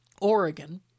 Oregon